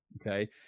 Okay